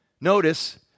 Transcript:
notice